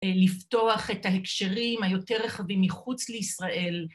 ‫לפתוח את ההקשרים היותר רחבים ‫מחוץ לישראל.